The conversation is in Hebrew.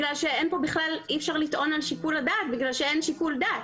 בגלל שאי אפשר לטעון על שיקול הדעת בגלל שאין שיקול דעת.